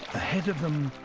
ahead of them,